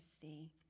see